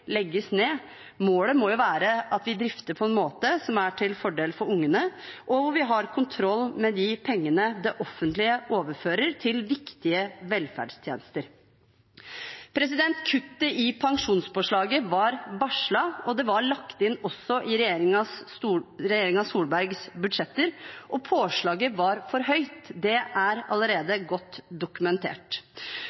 legges ned. Målet må jo være at vi drifter på en måte som er til fordel for ungene, og at vi har kontroll med de pengene det offentlige overfører til viktige velferdstjenester. Kuttet i pensjonspåslaget var varslet, og det var lagt inn også i Solberg-regjeringens budsjetter. Påslaget var for høyt – det er allerede